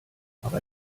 aber